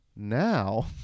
Now